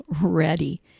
ready